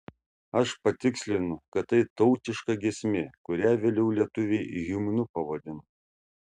aš patikslinu kad tai tautiška giesmė kurią vėliau lietuviai himnu pavadino